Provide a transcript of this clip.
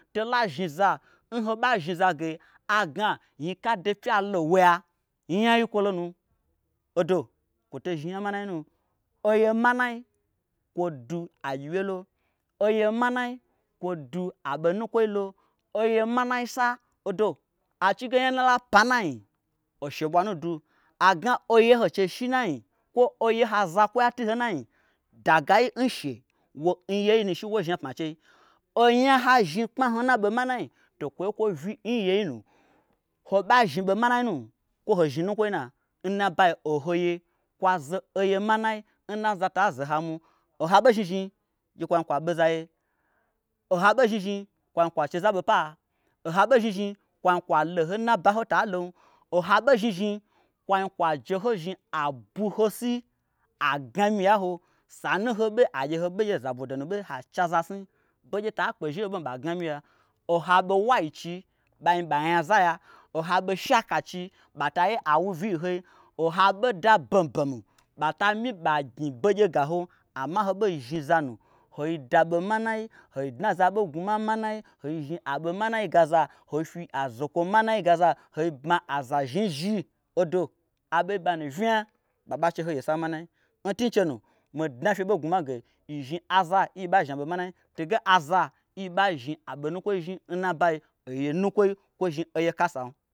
Tola zhniza n hoba zhniza ge agna nyika do pyalo nwoi'a nyai kwolonu odo kwuto zhni nya manai nu oye manai kwodu agyiwyelo oye manai kwodu aɓo nukwoilo oye manaisa odo achige nya nalapa nna nyi oshe ɓwanu du agna oye n hoche shi nnanyi kwo oye n ha zakoi atu ho n nanyi dagayi nshe wo nyei nu shiwo zhni apma nchei onya n hazhni kpma hnu nnaɓo manai to kwoye kwa vyi n yei nu hoɓa zhni ɓo manai nu kwo hozhni nukwoi nu'a? Nna ɓai ohoyekwaze oye manai nna zata zohamum ohaɓo zhnizhni gye kwa zhni kwa ɓezaye. oho'a ɓo zhnizhni gye kwa zhni kwa cheza ɓopa. oho'aɓo zhnizhni kwa zhni kwa lo nhoi nna ɓa n hota lon. O ha ɓo zhni zhni kwa zhni kwa jehozhni abwu hosi agnamyi'a nho sanu hoɓe agyeho ngye zabodo nu ɓe ha che azasni begye ta kpe zhim she hoɓe ɓa gna myiya oho'a ɓo waichi ɓa zhni ɓa nya zaya oha ɓo shakachi ɓata ye awuvyii nhoi. oha ɓoda bombom ɓata myi ɓagnyi begye ga hom. Amma nho ɓei zhni zanu hoi daɓo manai hoi dnazaɓo gnwuma manai hoi zhni aɓomanai gaza hoi zhni azokwo manai gaza. hoi bma aza zhni n zhi odo aɓei nɓanu vnya ɓa'ɓa che ho yesa manai ntun chenu midna fye ɓo n gnwumama ge yizhni aza n yi bazhni aɓo manai toge aza n yi ɓa zhni aɓo nukwoi zhniyim nna ɓai oyiye nukwoi kwo zhni oye kasam.